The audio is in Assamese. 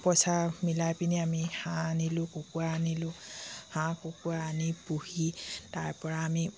পইচা মিলাই পিনি আমি হাঁহ আনিলোঁ কুকুৰা আনিলোঁ হাঁহ কুকুৰা আনি পুহি তাৰপৰা আমি